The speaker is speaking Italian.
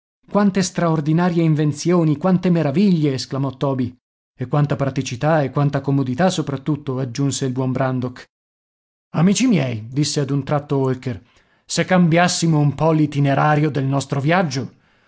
quante straordinarie invenzioni quante meraviglie esclamò toby e quanta praticità e quante comodità soprattutto aggiunse il buon brandok amici miei disse ad un tratto holker se cambiassimo un po l'itinerario del nostro viaggio